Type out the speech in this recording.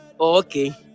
okay